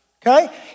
Okay